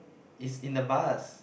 is in the bus